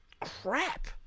crap